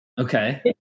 Okay